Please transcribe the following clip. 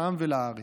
לעם ולארץ.